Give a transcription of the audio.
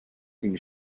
une